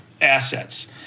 assets